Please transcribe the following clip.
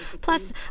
Plus